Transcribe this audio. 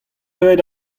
deuet